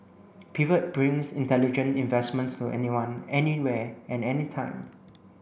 pivot brings intelligent investments to anyone anywhere and anytime